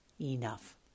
enough